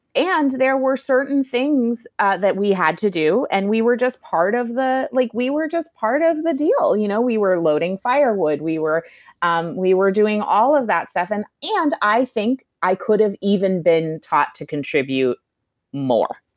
and there were certain things ah that we had to do, and we were just part of the. like, we were just part of the deal. you know we were loading firewood, we were um we were doing all of that stuff. and and i think i could have even been taught to contribute more.